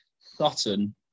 Sutton